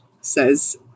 says